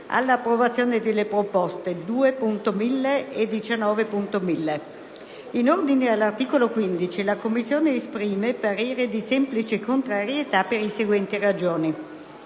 all'approvazione delle proposte 2.1000 e 19.1000. In ordine all'articolo 15, la Commissione esprime parere di semplice contrarietà per le seguenti ragioni: